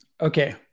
okay